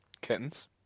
Kittens